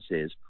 says